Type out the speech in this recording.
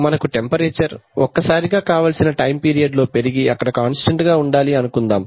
మనకు టెంపరేచర్ ఒక్కసారిగా కావలసిన టైమ్ పీరియడ్ లో పెరిగి అక్కడ కాంస్టంట్ గా ఉండాలి అనుకుందాం